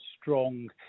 strong